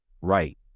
right